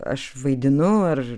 aš vaidinu ar